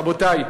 רבותי,